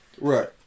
Right